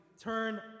turn